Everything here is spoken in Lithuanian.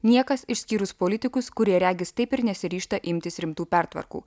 niekas išskyrus politikus kurie regis taip ir nesiryžta imtis rimtų pertvarkų